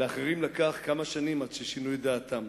לאחרים לקח כמה שנים עד ששינו את דעתם,